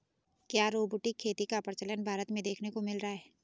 क्या रोबोटिक खेती का प्रचलन भारत में देखने को मिल रहा है?